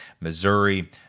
Missouri